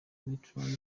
mitterand